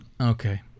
Okay